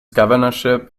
governorship